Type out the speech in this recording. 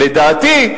לדעתי,